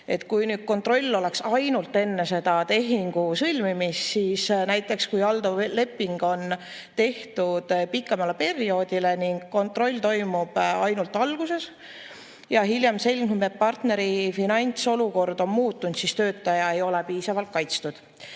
Kui kontroll oleks ainult enne tehingu sõlmimist, näiteks kui leping on tehtud pikemaks perioodiks ning kontroll toimub ainult alguses ja hiljem selgub, et partneri finantsolukord on muutunud, siis töötaja ei ole piisavalt kaitstud.